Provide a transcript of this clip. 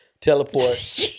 Teleport